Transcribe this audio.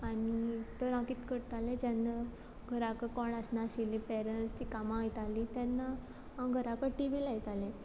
आनी तर हांव कित करतालें जेन्ना घराको कोण आसना आशिल्लीं पॅरण्स तीं कामा वोयतालीं तेन्ना हांव घरोको टी वी लायतालें